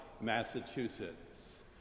Massachusetts